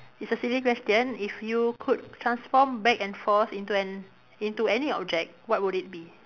it's a silly question if you could transform back and forth into an into any object what would it be